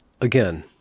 again